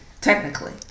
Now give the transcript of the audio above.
technically